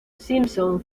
simpson